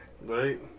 Right